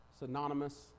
synonymous